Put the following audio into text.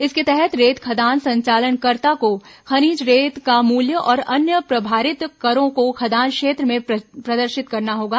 इसके तहत रेत खदान संचालनकर्ता को खनिज रेत का मूल्य और अन्य प्रभारित करों को खदान क्षेत्र में प्रदर्शित करना होगा